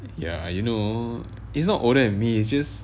ya you know it's not older than me it's just